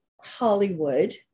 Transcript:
hollywood